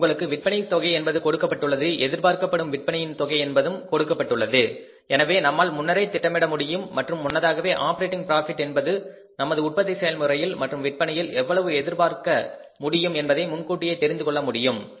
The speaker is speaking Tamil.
மற்றும் உங்களுக்கு விற்பனை தொகை என்பது கொடுக்கப்பட்டுள்ளது எதிர்பார்க்கப்படும் விற்பனையின் தொகை என்பதும் கொடுக்கப்பட்டுள்ளது எனவே நம்மால் முன்னரே திட்டமிட முடியும் மற்றும் முன்னதாகவே ஆப்பரேட்டிங் ப்ராபிட் என்பது நமது உற்பத்தி செயல்முறையில் மற்றும் விற்பனையில் எவ்வளவு எதிர்பார்க்க முடியும் என்பதை முன்கூட்டியே தெரிந்து கொள்ள முடியும்